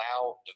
allow